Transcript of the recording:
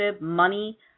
money